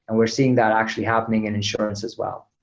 and we're seeing that actually happening in insurance as well.